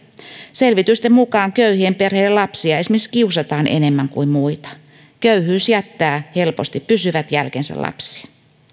selvitysten mukaan köyhien perheiden lapsia esimerkiksi kiusataan enemmän kuin muita köyhyys jättää helposti pysyvät jälkensä lapsiin